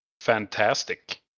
fantastic